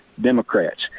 Democrats